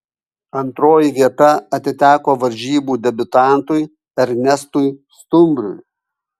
antroji vieta atiteko varžybų debiutantui ernestui stumbriui